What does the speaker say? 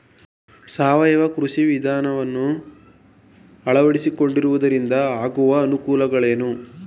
ಸಾವಯವ ಕೃಷಿ ವಿಧಾನವನ್ನು ಅಳವಡಿಸಿಕೊಳ್ಳುವುದರಿಂದ ಆಗುವ ಅನುಕೂಲಗಳೇನು?